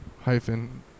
Hyphen